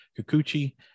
Kikuchi